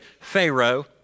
Pharaoh